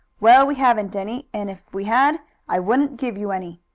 well, we haven't any, and if we had i wouldn't give you any.